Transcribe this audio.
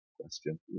question